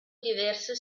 diverse